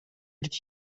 did